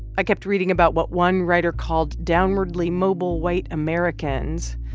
i kept reading about what one writer called downwardly mobile white americans,